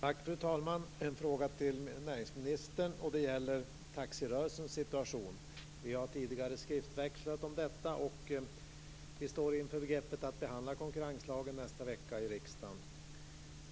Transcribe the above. Fru talman! Jag har en fråga till näringsministern. Det gäller taxirörelsens situation. Vi har tidigare skriftväxlat i denna fråga, och vi står i begrepp att behandla konkurrenslagen i riksdagen nästa vecka.